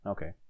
Okay